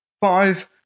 Five